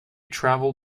travel